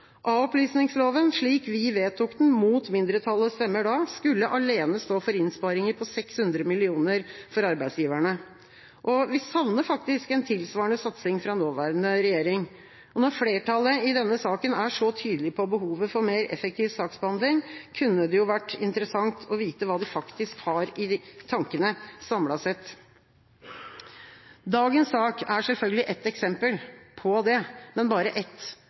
slik vi vedtok den mot mindretallets stemmer da, skulle alene stå for innsparinger på 600 mill. kr for arbeidsgiverne. Vi savner faktisk en tilsvarende satsing fra nåværende regjering. Når flertallet i denne saken er så tydelige på behovet for mer effektiv saksbehandling, kunne det vært interessant å vite hva de faktisk har i tankene samlet sett. Dagens sak er selvfølgelig ett eksempel på det, men bare ett.